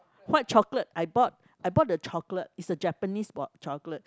white chocolate I bought I bought the chocolate is the Japanese bought chocolate